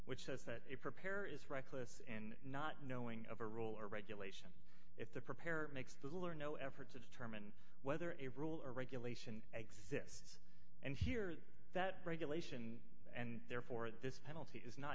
which says that a preparer is reckless in not knowing of a rule or regulation if the preparer makes little or no effort to determine whether a brule or regulation exists and here's that regulation and therefore this penalty is not